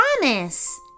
promise